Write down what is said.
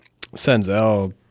Senzel